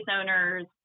owners